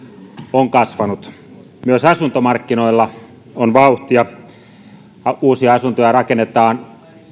on kasvanut myös asuntomarkkinoilla on vauhtia uusia asuntoja rakennetaan